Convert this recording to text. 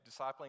Discipling